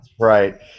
Right